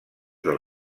del